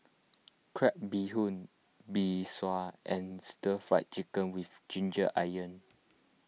Crab Bee Hoon Mee Sua and Stir Fried Chicken with Ginger Onions